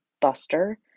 Buster